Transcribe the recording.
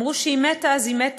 "אמרו שהיא מתה, אז היא מתה.